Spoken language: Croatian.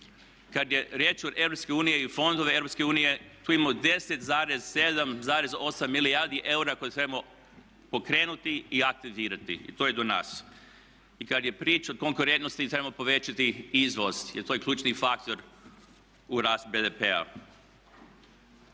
fondovima Europske unije, tu imamo 10,7 zarez 8 milijardi eura koje trebamo pokrenuti i aktivirati i to je do nas. I kada je priča o konkurentnosti trebamo povećati izvoz jer to je ključni faktor u rastu BDP-a.